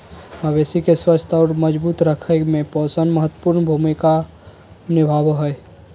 मवेशी के स्वस्थ और मजबूत रखय में पोषण महत्वपूर्ण भूमिका निभाबो हइ